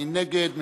מי נגד?